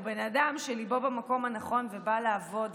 הוא בן אדם שליבו במקום הנכון ובא לעבוד,